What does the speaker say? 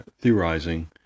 theorizing